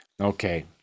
Okay